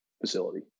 facility